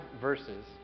verses